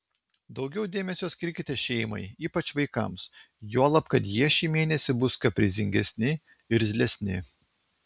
daugiau dėmesio skirkite šeimai ypač vaikams juolab kad jie šį mėnesį bus kaprizingesni irzlesni